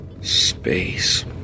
Space